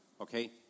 Okay